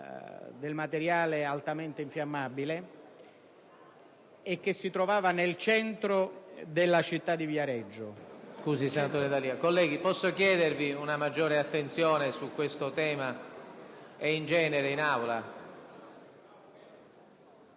materiale altamente infiammabile e che si trovava nel centro della città di Viareggio. *(Brusìo)*. PRESIDENTE. Colleghi, posso chiedervi una maggiore attenzione su questo tema e, in genere, in Aula?